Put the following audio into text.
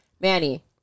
Manny